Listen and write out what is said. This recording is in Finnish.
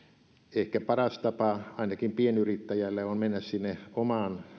ehkä paras tapa ainakin pienyrittäjälle on mennä sinne omaan